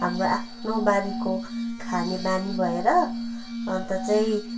हाम्रो आफ्नो बारीको खाने बानी भएर अन्त चाहिँ